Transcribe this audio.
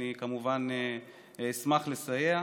אני כמובן אשמח לסייע.